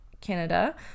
Canada